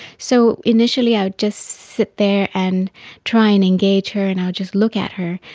so initially i would just sit there and try and engage her and i would just look at her,